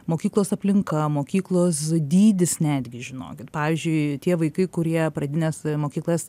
mokyklos aplinka mokyklos dydis netgi žinokit pavyzdžiui tie vaikai kurie pradines mokyklas